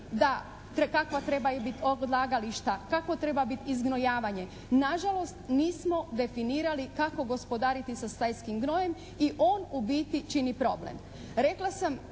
kakva trebaju biti odlagališta, kakvo treba biti izgnojavanje. Nažalost, nismo definirali kako gospodariti sa stajskim gnojem i on u biti čini problem.